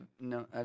no